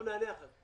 אנחנו נענה אחר כך.